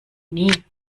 nie